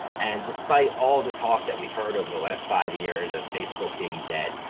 and despite all the talk that we've heard over the last five years of facebook being dead,